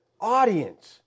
audience